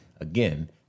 again